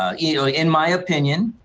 ah yeah ah in my opinion.